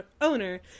owner